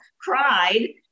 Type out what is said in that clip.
cried